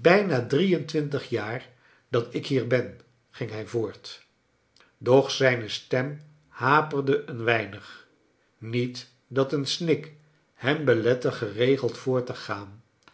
brjna drie en twintig jaar dat ik hier ben ging hij voort doch zijne stem haperde een weinig niet dat een snik hem belette geregeld voort te gaan